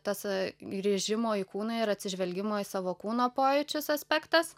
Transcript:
tas grįžimo į kūną ir atsižvelgimo į savo kūno pojūčius aspektas